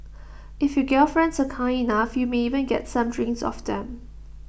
if your gal friends are kind enough you may even get some drinks off them